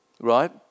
right